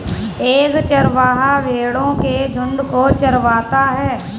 एक चरवाहा भेड़ो के झुंड को चरवाता है